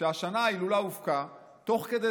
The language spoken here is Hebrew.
שהשנה ההילולה הופקה תוך כדי